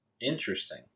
interesting